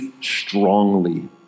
strongly